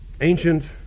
ancient